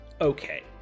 Okay